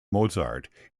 mozart